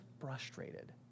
frustrated